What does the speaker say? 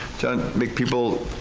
to make people,